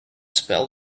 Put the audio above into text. spell